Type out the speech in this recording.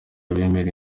abemera